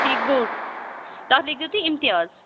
ٹھیٖک بوٚڈ تَتھ لیٖکھۍزیٚو تُہۍ اِمتِیاز